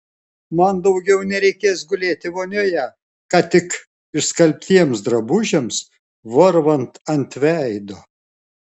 man daugiau nereikės gulėti vonioje ką tik išskalbtiems drabužiams varvant ant veido